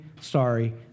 sorry